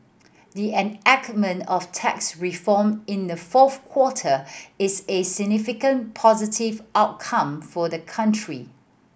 the enactment of tax reform in the fourth quarter is a significant positive outcome for the country